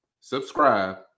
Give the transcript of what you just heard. subscribe